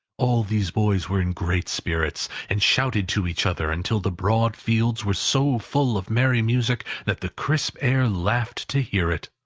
all these boys were in great spirits, and shouted to each other, until the broad fields were so full of merry music, that the crisp air laughed to hear it!